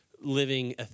living